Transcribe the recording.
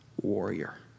warrior